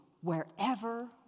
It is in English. wherever